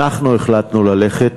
אנחנו החלטנו ללכת